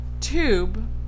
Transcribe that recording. tube